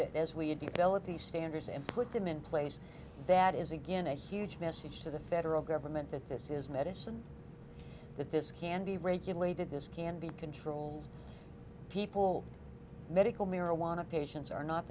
that as we develop these standards and put them in place that is again a huge message to the federal government that this is medicine that this can be regulated this can be controlled people medical marijuana patients are not